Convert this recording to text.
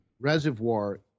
reservoir